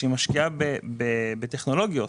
ומשקיעה בטכנולוגיות,